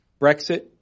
Brexit